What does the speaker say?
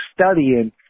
studying